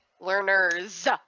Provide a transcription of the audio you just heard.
Learners